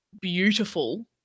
beautiful